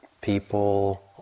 people